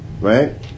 Right